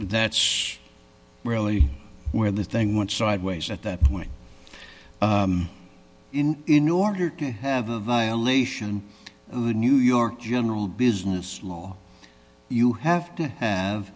that's really where the thing went sideways at that point in order to have a violation of the new york general business law you have to have